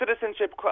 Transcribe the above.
citizenship